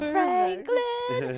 Franklin